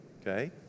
Okay